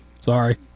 Sorry